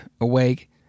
awake